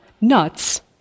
nuts